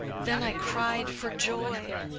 then i cried for joy.